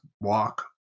walk